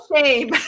shame